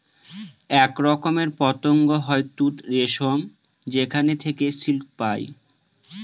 এক রকমের পতঙ্গ হয় তুত রেশম যেখানে থেকে সিল্ক পায়